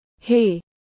Hey